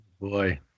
boy